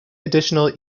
additional